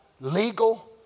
legal